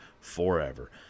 forever